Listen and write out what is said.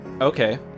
okay